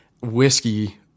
whiskey